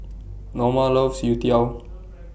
Norma loves Youtiao